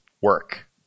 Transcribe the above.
work